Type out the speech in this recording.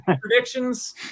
Predictions